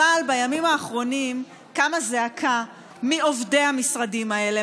אבל בימים האחרונים קמה זעקה מעובדי המשרדים האלה,